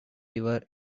river